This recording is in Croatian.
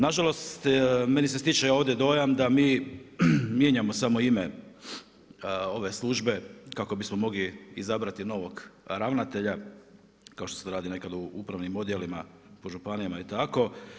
Nažalost meni se stiče ovdje dojam da mi mijenjamo samo ime ove službe kako bismo mogli izabrati novog ravnatelja kao što se to nekada radi u upravnim odjelima po županijama i tako.